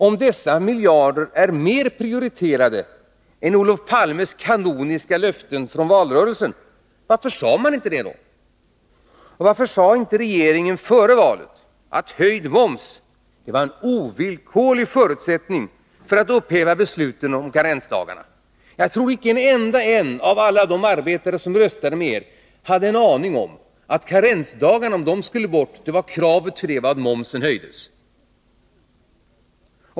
Om dessa miljarder är mer prioriterade än Olof Palmes kanoniska löften från valrörelsen — varför sade man då inte det? Och varför sade regeringen inte före valet att höjd moms var en ovillkorlig förutsättning för att upphäva beslutet om karensdagarna? Jag tror icke en enda av alla de arbetare som röstade med er hade en aning om att förutsättningen för att karensdagarna skulle tas bort var att momsen höjdes.